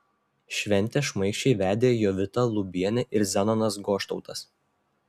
šventę šmaikščiai vedė jovita lubienė ir zenonas goštautas